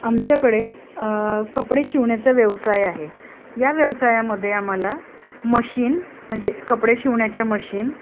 आमच्याकडे कपडे शिवण्याचा व्यवसाय आहे या व्यवसायामध्ये आम्हाला मशीन म्हणजे कपडे शिवण्याच्या मशीन